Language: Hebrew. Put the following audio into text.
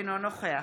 אינו נוכח